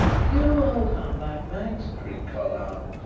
you old humbug, max! shrieked carlyle,